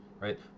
right